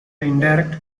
indirect